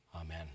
Amen